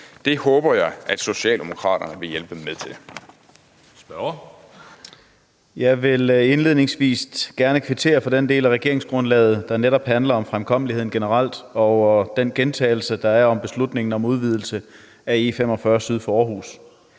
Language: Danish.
Spørgeren. Kl. 16:56 Malte Larsen (S): Jeg vil indledningsvis gerne kvittere for den del af regeringsgrundlaget, der handler om fremkommeligheden generelt, og den gentagelse, der er, af netop beslutningen om udvidelse af E45 syd for